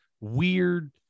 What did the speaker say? weird